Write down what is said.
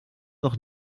noch